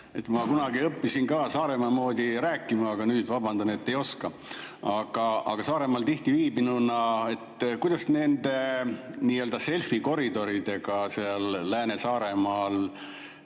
Ma kunagi õppisin ka Saaremaa moodi rääkima, aga nüüd vabandan, et ei oska. Aga Saaremaal tihti viibinuna [küsin], kuidas nende nii-öelda selfikoridoridega seal Lääne-Saaremaal